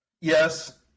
Yes